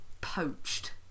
poached